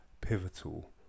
pivotal